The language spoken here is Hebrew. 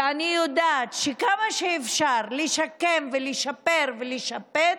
ואני יודעת שכמה שאפשר לשקם ולשפר ולשפץ,